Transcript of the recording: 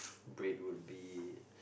bread would be